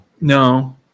No